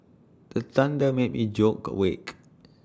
the thunder made me joke awake